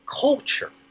culture